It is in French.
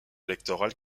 électorale